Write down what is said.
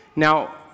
Now